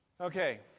Okay